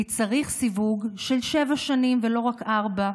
כי צריך סיווג של שבע שנים ולא רק ארבע,